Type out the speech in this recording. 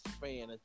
fan